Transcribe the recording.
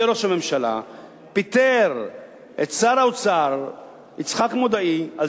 כראש הממשלה פיטר את שר האוצר יצחק מודעי על